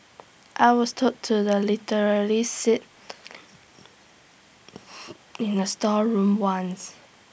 I was told to the literally sit in A storeroom once